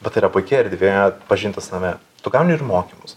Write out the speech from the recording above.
bet tai yra puiki erdvė pažinti save tu gauni ir mokymus